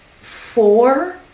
four